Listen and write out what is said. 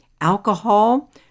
Alcohol